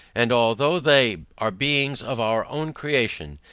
and although they are beings of our own creating,